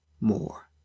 more